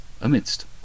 amidst